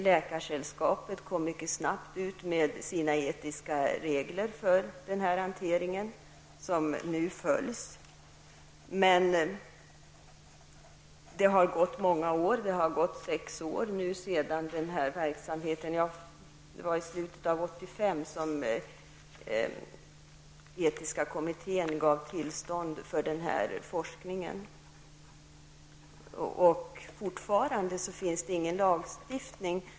Läkarsällskapet kom mycket snabbt ut med sina etiska regler för denna hantering, vilka nu följs. Men det har gått många år, sex år, sedan den här verksamheten kom i gång. Det var i slutet av 1985 som etiska kommittén gav tillstånd för denna forskning. Fortfarande finns det ingen lagstiftning.